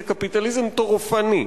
זה קפיטליזם טורפני,